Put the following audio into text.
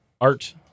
art